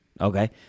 okay